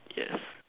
yes